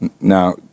Now